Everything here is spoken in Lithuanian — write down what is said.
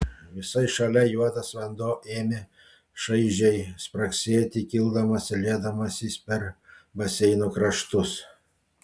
visai šalia juodas vanduo ėmė šaižiai spragsėti kildamas ir liedamasis per baseino kraštus